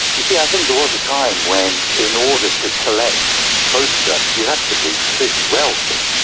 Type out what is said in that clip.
you see, i think there was a time when in order to collect photographs you had to be pretty wealthy.